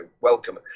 welcome